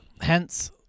hence